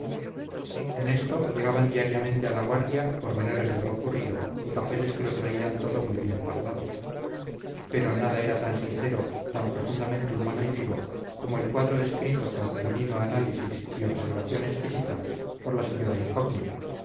en esto llegaban diariamente a la guardia pormenores de lo ocurrido y papeles que lo traían todo muy bien parlado pero nada era tan sincero tan profundamente humano y vivo como el cuadro descrito con femenino análisis y observación exquisita por la señora incógnita